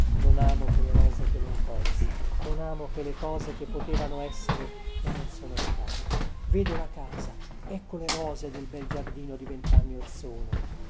non amo che le rose che non colsi non amo che le cose che potevano essere e non sono state vedo la casa ecco le rose del bel giardino di ventanni or sono